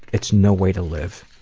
it's no way to live.